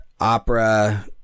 opera